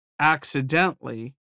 accidentally